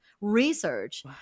research